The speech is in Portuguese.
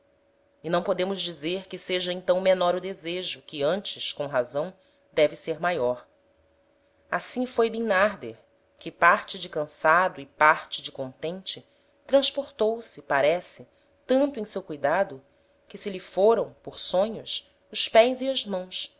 e não podemos dizer que seja então menor o desejo que antes com razão deve ser maior assim foi bimnarder que parte de cansado e parte de contente transportou se parece tanto em seu cuidado que se lhe foram por sonhos os pés e as mãos